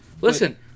Listen